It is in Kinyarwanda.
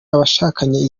abashakanye